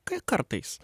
kai kartais